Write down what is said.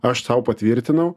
aš sau patvirtinau